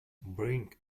bring